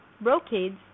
brocades